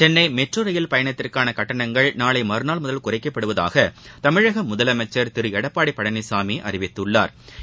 Chennai metro rail பயணத்திற்கான கட்டணங்கள் நாளை மறநாள் முதல் குறைக்கப்படுவதாக தமிழக முதலமைச்சா் திரு எடப்பாடி பழனிசாமி அறிவித்துள்ளாா்